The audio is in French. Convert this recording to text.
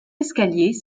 escaliers